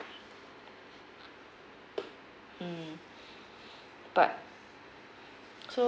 mm but so